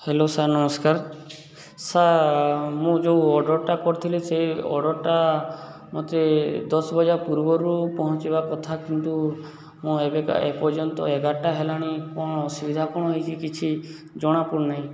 hello sir ନମସ୍କାର sir ମୁଁ ଯେଉଁ ଅର୍ଡ଼ର୍ଟା କରିଥିଲି ସେଇ ଅର୍ଡ଼ର୍ଟା ମୋତେ ଦଶ ବଜା ପୂର୍ବରୁ ପହଞ୍ଚିବା କଥା କିନ୍ତୁ ମୁଁ ଏବେକା ଏପର୍ଯ୍ୟନ୍ତ ଏଗାରଟା ହେଲାଣି କ'ଣ ଅସୁବିଧା କ'ଣ ହେଇଛି କିଛି ଜଣାପଡ଼ିନାହିଁ